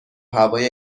هوای